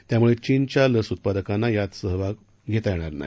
त्यामुळे चीनच्या लस उत्पादकांना यात सहभाग घेता येणार नाही